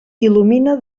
il·lumina